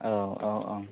औ औ औ